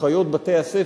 אחיות בתי-הספר,